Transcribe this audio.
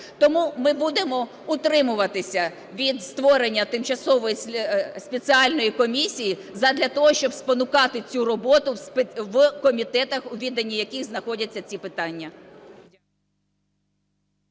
Тому ми будемо утримуватися від створення тимчасової спеціальної комісії задля того, щоб спонукати цю роботу в комітетах, у віданні яких знаходяться ці питання.